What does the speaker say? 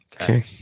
Okay